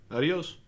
Adios